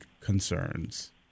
concerns—